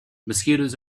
mosquitoes